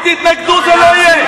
אם תתנגדו זה לא יהיה.